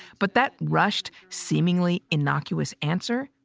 but that rushed, seemingly innocuous answer.